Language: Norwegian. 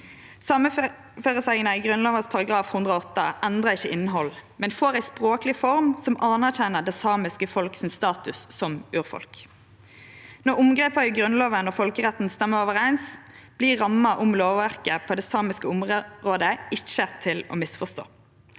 Sameføresegna i Grunnlova § 108 endrar ikkje innhald, men får ei språkleg form som anerkjenner det samiske folk sin status som urfolk. Når omgrepa i Grunnlova og folkeretten stemmer overeins, vert ramma om lovverket på det samiske området ikkje til å misforstå.